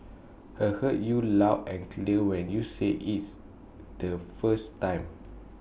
I heard you loud and clear when you said IT the first time